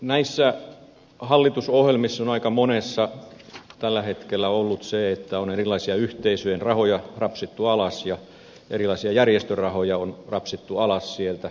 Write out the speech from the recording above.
näissä hallitusohjelmissa on aika monessa tällä hetkellä ollut niin että on erilaisia yhteisöjen rahoja rapsittu alas ja erilaisia järjestörahoja on rapsittu alas sieltä